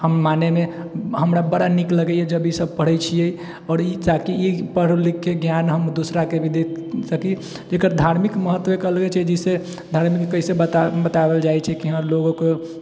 हम मानेमे हमरा बड़ा नीक लगैया जब ईसब पढ़ए छिऐ आओर ई ताकि पढ़ लिखके ज्ञान हम दूसराके भी दे सकी एकर धार्मिक महत्व अलगे छै जैसे कैसे बताओल जाइ छै कि लोग ओकर